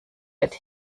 wird